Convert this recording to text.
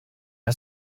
ist